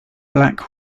black